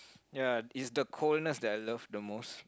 ya is the coldness that I love the most